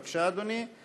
בבקשה, אדוני.